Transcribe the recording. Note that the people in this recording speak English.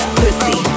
pussy